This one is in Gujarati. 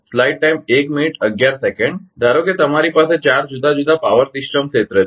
ધારો કે તમારી પાસે 4 જુદા જુદા પાવર સિસ્ટમ ક્ષેત્ર છે